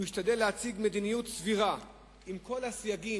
הוא השתדל להציג מדיניות סבירה עם כל הסייגים